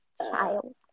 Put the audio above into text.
Child